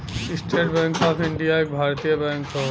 estate Bank of India एक भारतीय bank हौ